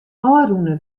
ofrûne